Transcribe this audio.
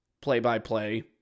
play-by-play